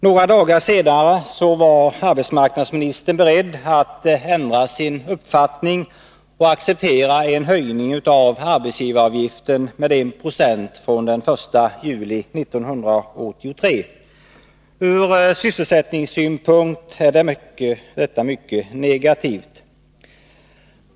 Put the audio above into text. Några dagar senare var arbetsmarknadsministern beredd att ändra sin uppfattning och acceptera en höjning av arbetsgivaravgiften med 1 960 från den 1 juli 1983. Från sysselsättningssynpunkt är detta mycket negativt.